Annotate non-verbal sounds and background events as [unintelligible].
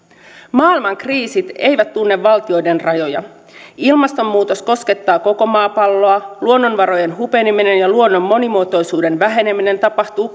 maailman kriisit eivät tunne valtioiden rajoja ilmastonmuutos koskettaa koko maapalloa luonnonvarojen hupeneminen ja luonnon monimuotoisuuden väheneminen tapahtuu [unintelligible]